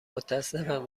متأسفم